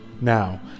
Now